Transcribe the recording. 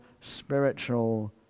spiritual